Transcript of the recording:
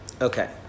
Okay